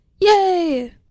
Yay